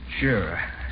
Sure